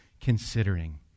considering